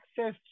access